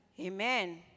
Amen